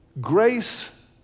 grace